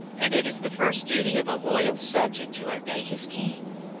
and it is the first duty of a loyal subject to obey his king.